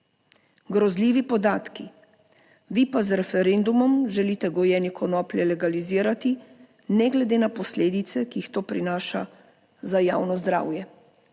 Grozljivi podatki, vi pa z referendumom želite gojenje konoplje legalizirati, ne glede na posledice, ki jih to prinaša za javno zdravje.